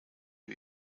you